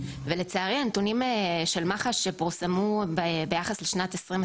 ולצערי הנתונים של מח"ש שפורסמו ביחס לשנת 2021